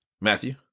Matthew